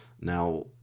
Now